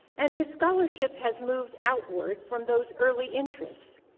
and his scholarship has moved outward from those early interests.